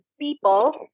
people